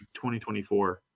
2024